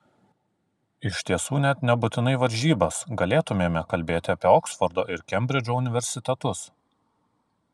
iš tiesų net nebūtinai varžybas galėtumėme kalbėti apie oksfordo ir kembridžo universitetus